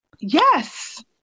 Yes